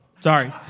Sorry